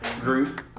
group